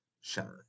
shine